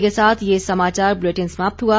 इसी के साथ ये समाचार बुलेटिन समाप्त हुआ